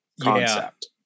concept